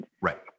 Right